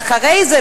ואחרי זה,